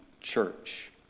church